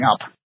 up